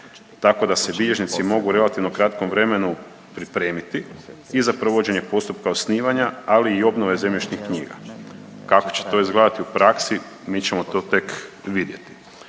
tako da se bilježnici mogu u relativno kratkom vremenu pripremiti i za provođenje postupka osnivanja, ali i obnove zemljišnih knjiga. Kako će to izgledati u praksi mi ćemo to tek vidjeti.